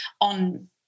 on